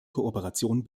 kooperation